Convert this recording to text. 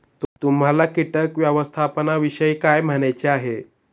तुम्हाला किटक व्यवस्थापनाविषयी काय म्हणायचे आहे?